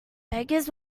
beggars